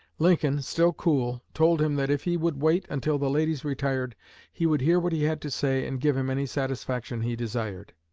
lincoln, still cool, told him that if he would wait until the ladies retired he would hear what he had to say and give him any satisfaction he desired.